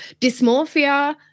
dysmorphia